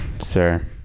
sir